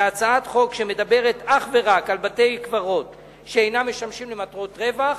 זה הצעת חוק שמדברת אך ורק על בתי-קברות שאינם משמשים למטרות רווח,